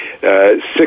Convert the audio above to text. six